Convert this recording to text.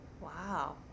Wow